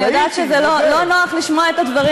אני יודעת שזה לא נוח לשמוע את הדברים